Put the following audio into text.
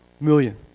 million